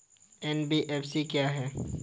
NBFC क्या है?